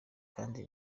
kandi